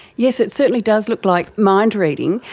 yes, it certainly does look like mind reading,